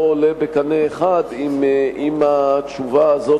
לא עולה בקנה אחד עם התשובה הזאת,